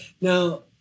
now